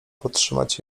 podtrzymać